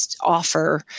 offer